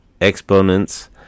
exponents